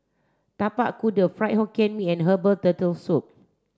tapak kuda fried hokkien mee and herbal turtle soup